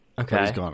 Okay